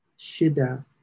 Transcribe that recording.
Shida